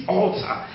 altar